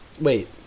Wait